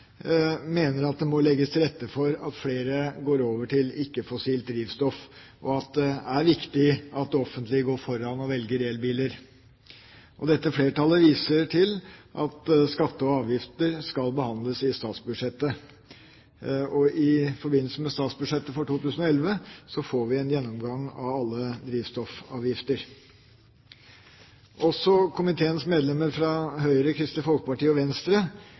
mener at det må legges til rette for at flere går over til ikke-fossilt drivstoff, og at det er viktig at det offentlige går foran og velger elbiler. Dette flertallet viser til at skatter og avgifter skal behandles i statsbudsjettet, og i forbindelse med statsbudsjettet for 2011 får vi en gjennomgang av alle drivstoffavgifter. Også komiteens medlemmer fra Høyre, Kristelig Folkeparti og Venstre